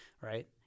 right